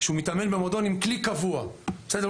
שהוא מתאמן במועדון עם כלי קבוע - לא